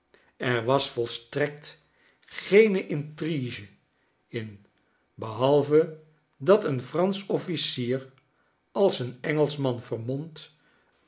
er was volstrekt geene intrigein behalve dat een fransch officier als een engelschman vermomd